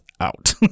out